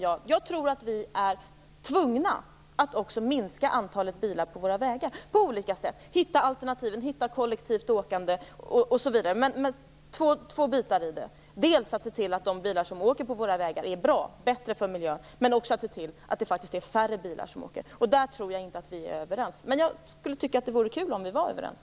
Jag tror att vi är tvungna att på olika sätt minska antalet bilar på våra vägar. Det gäller att finna alternativ, t.ex. kollektivt åkande osv. Men det finns två delar i detta, dels gäller det att se till att bilarna blir bättre för miljön, dels att det blir färre bilar på våra vägar. Här tror jag inte att vi är överens. Men jag skulle tycka att det vore kul om vi var överens.